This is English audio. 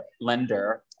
lender